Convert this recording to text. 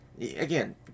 Again